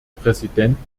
präsidenten